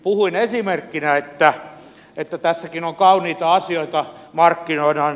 puhuin esimerkkinä että tässäkin kauniita asioita markkinoidaan